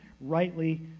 rightly